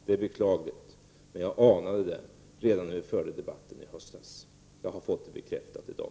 Det är beklagligt, men jag anade det redan när vi förde debatten i höstas. Jag har fått det bekräftat i dag.